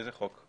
איזה חוק?